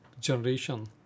generation